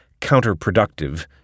counterproductive